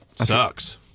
Sucks